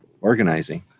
organizing